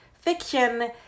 fiction